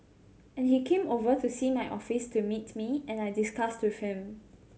and he came over to see my office to meet me and I discussed with him